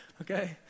okay